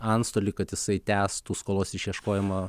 antstolį kad jisai tęstų skolos išieškojimo